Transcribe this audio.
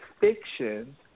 fiction